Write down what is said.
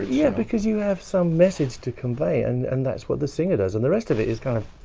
yeah, because you have some message to convey and and that's what the singer does and the rest of it is kind of